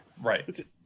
right